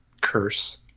curse